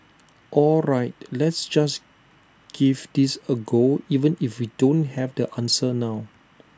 all right let's just give this A go even if we don't have the answer now